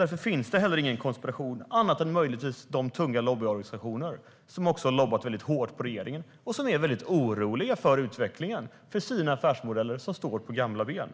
Därför finns det inte heller någon konspiration annat än möjligtvis när det gäller de tunga lobbyorganisationer som också har lobbat mycket hårt på regeringen och som är mycket oroliga för utvecklingen för sina affärsmodeller som står på gamla ben.